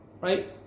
right